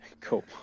Cool